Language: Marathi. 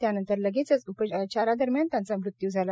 त्यानंतर लगेचच उपचारादरम्यान त्यांचा मृत्यू झाला